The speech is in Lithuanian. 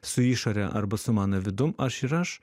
su išore arba su mano vidum aš ir aš